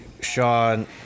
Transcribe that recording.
Sean